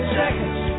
seconds